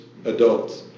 adults